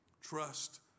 Trust